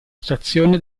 stazione